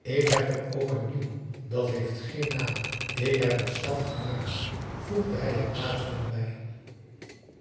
ik heb er ook een nieuw dat heeft geen naam ik heb het zelf gemaakt voegde hij er aarzelend bij